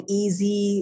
easy